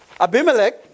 Abimelech